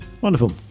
Wonderful